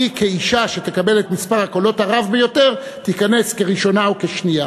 היא כאישה שתקבל את מספר הקולות הרב ביותר תיכנס כראשונה או כשנייה.